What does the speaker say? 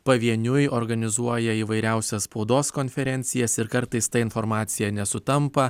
pavieniui organizuoja įvairiausias spaudos konferencijas ir kartais ta informacija nesutampa